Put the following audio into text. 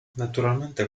naturalmente